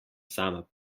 sama